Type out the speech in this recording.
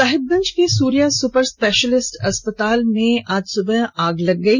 साहिबगंज के Surya super specialist अस्पताल में आज सुबह आग लग गई